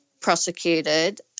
prosecuted